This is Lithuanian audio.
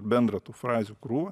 bendrą tų frazių krūvą